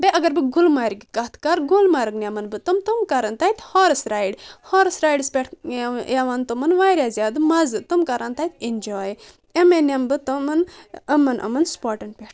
بیٚیہِ اگر بہٕ گُلمرگہِ کتھ کر گُلمرگ نمن بہٕ تِم تِم کرن تتہِ ہارس رایڑ ہارس رایڑس پٮ۪ٹھ یو یوان تِمن واریاہ زیادٕ مزٕ تِم کرن تتہِ ایٚنجاے امے نمہٕ بہٕ تِمن یِمن یِمن سُپارٹن پٮ۪ٹھ